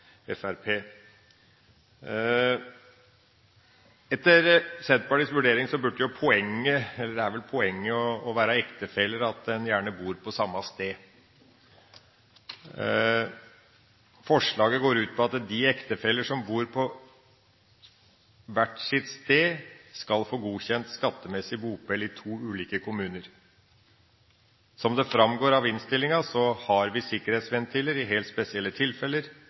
Fremskrittspartiet. Etter Senterpartiets vurdering er vel poenget med å være ektefeller at en gjerne bor på samme sted. Forslaget går ut på at de ektefeller som bor på hvert sitt sted, skal få godkjent skattemessig bopel i to ulike kommuner. Som det framgår av innstillinga, har vi sikkerhetsventiler i helt spesielle tilfeller